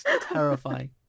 terrifying